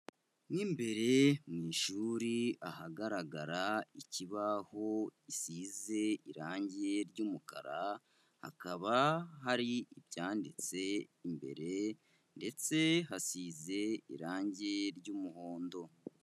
Mu imbere mu ishuri ahagaragara ikibaho gisize irangi ry'umukara, hakaba hari ibyanditse imbere ndetse hasize irangi ry'umuhondo.